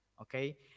Okay